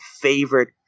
favorite